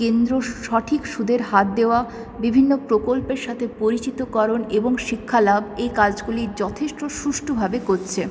কেন্দ্রর সঠিক সুদের হার দেওয়া বিভিন্ন প্রকল্পের সাথে পরিচিতকরণ এবং শিক্ষালাভ এই কাজগুলি যথেষ্ট সুষ্ঠভাবে করছে